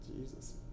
Jesus